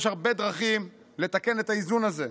יש הרבה דרכים לתקן את האיזון הזה: